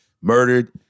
Murdered